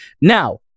Now